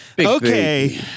Okay